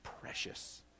precious